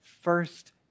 first